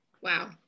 wow